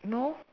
no